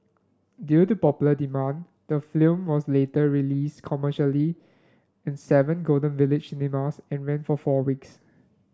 due to popular demand the film was later release commercially in seven Golden Village cinemas and ran for four weeks